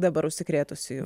dabar užsikrėtusiųjų